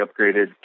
upgraded